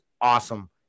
awesome